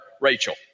Rachel